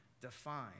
define